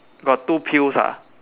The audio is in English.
got two pills ah